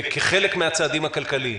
כחלק מהצעדים הכלכליים,